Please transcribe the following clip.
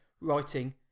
writing